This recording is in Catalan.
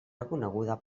reconeguda